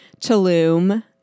Tulum